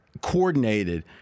coordinated